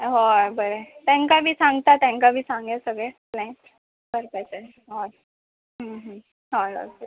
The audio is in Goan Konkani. हय बरें तांकां बी सांगता तेंकां बी सांगया सगळे प्लेन करपाचें हय हय ओके